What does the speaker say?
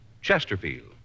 Chesterfield